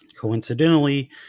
Coincidentally